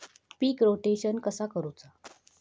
पीक rotation कसा करूचा?